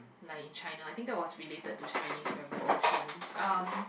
like in China I think that was related to Chinese revolution um